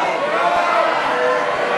סעיף 45, תשלום